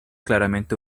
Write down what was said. claramente